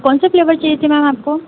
कौन से फ़्लेवर चाहिए थे मैम आपको